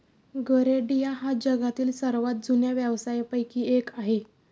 गरेडिया हा जगातील सर्वात जुन्या व्यवसायांपैकी एक आहे